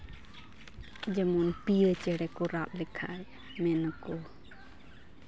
ᱡᱮᱢᱚᱱ ᱯᱤᱭᱳ ᱪᱮᱬᱮ ᱠᱚ ᱨᱟᱜ ᱞᱮᱠᱷᱟᱡ ᱢᱮᱱ ᱟᱠᱚ